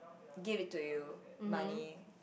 give it to you money